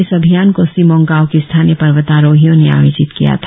इस अभियान को सिमोंग गांव के स्थानीय पर्वातोरोहियों ने आयोजित किया था